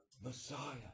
Messiah